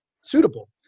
suitable